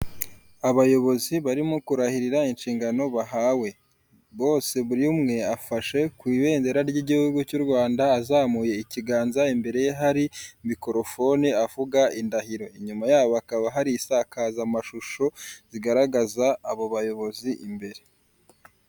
Abayobozi barimo kurahirira inshingano bahawe, bose buri umwe afashe ku ibendera ry'igihugu cy'u Rwanda azamuye ikiganza, imbere ye hari mikorofoni avuga indahiro inyuma yabo hakaba hari isakazamashusho zigaragaza abo bayobozi imbere.